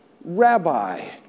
rabbi